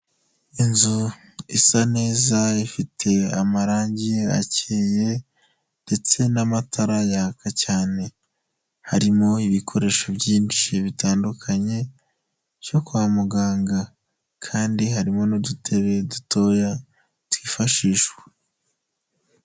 Inzu isa neza ifite amarangi akeye ndetse n'amatara yaka cyane. Harimo ibikoresho byinshi bitandukanye byo kwa muganga, kandi harimo n'udutebe dutoya twifashishwa.